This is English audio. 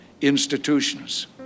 institutions